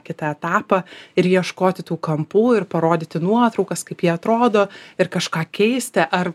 kitą etapą ir ieškoti tų kampų ir parodyti nuotraukas kaip jie atrodo ir kažką keisti ar